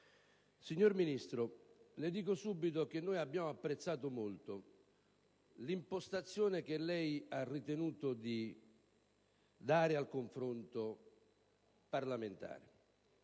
Signor Ministro, le dico subito che abbiamo apprezzato molto l'impostazione che lei ha ritenuto di dare al confronto parlamentare.